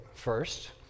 first